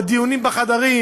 בדיונים בחדרים,